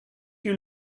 you